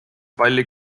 palli